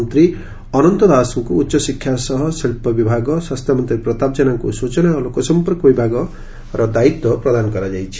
ମନ୍ତ ଅନନ୍ତ ଦାସଙ୍କୁ ଉଚଶିକ୍ଷା ସହ ଶିକ୍ବ ବିଭାଗ ସ୍ୱାସ୍ଥ୍ୟମନ୍ତୀ ପ୍ରତାପ ଜେନାଙ୍କୁ ସ୍ ଚନା ଓ ଲୋକସମ୍ପର୍କ ବିଭାଗ ଦାୟିତ୍ୱ ଦିଆଯାଇଛି